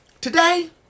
today